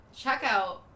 checkout